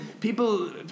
people